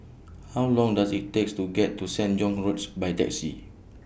How Long Does IT takes to get to Sen John's Roads By Taxi